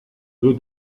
deux